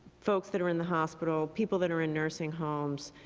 folks that are in the hospital, people that are in nursing homes,